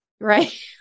right